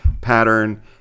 pattern